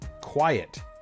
quiet